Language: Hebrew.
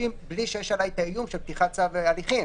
מבלי שיש עליי האיום של פתיחת צו הליכים,